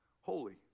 holy